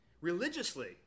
religiously